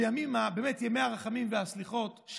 בימי הרחמים והסליחות.